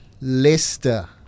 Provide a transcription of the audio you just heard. Leicester